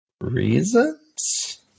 reasons